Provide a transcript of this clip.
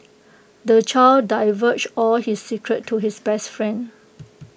the child divulged all his secrets to his best friend